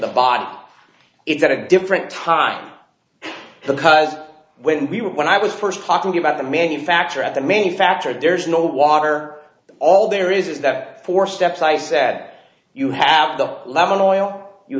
the body it's at a different time because when we were when i was first talking about the manufacture of the main factor there's no water all there is is that four steps i said you have the level of oil you